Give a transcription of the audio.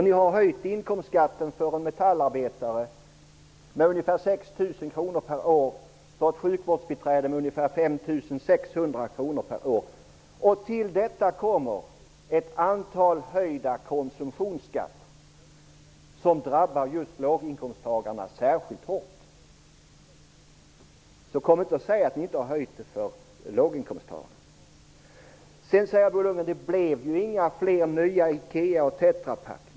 Ni har ju höjt inkomstskatten för en metallarbetare med ungefär 6 000 kr per år och för ett sjukvårdsbiträde med ungefär 5 600 kr per år. Till detta kommer ett antal höjda konsumtionsskatter, som drabbar just låginkomsttagarna särskilt hårt. Kom inte och säg att ni inte höjt skatten för låginkomsttagarna! Bo Lundgren säger också: Det blev ju inte fler Ikea och Tetra Pak-företag.